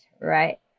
right